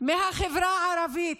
מהחברה הערבית,